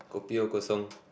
Kopi O kosong